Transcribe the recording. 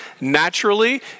naturally